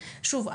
שוב,